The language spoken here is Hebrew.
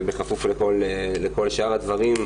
ובכפוף לכל שאר הדברים,